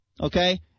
Okay